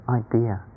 idea